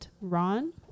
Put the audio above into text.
ron